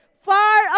far